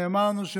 נאמר לנו: